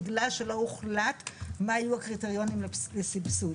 בגלל שלא הוחלט מה יהיו הקריטריונים לסבסוד,